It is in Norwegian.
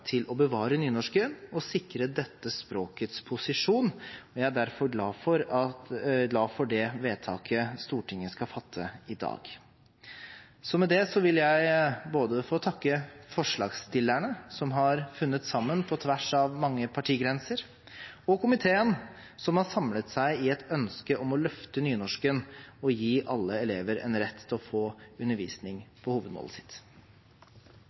til å bevare nynorsken og sikre dette språkets posisjon. Jeg er derfor glad for det vedtaket Stortinget skal fatte i dag. Med det vil jeg både få takke forslagsstillerne, som har funnet sammen på tvers av mange partigrenser, og komiteen, som har samlet seg i et ønske om å løfte nynorsken og gi alle elever en rett til å få undervisning på hovedmålet sitt.